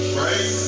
right